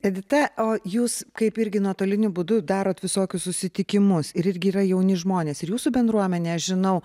edita o jūs kaip irgi nuotoliniu būdu darot visokius susitikimus ir irgi yra jauni žmonės ir jūsų bendruomenė žinau